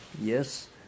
Yes